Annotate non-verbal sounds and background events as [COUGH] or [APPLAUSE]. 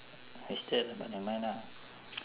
wasted but never mind ah [NOISE]